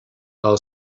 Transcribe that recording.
our